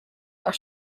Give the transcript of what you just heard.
are